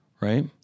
Right